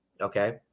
okay